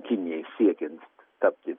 kinijai siekiant tapti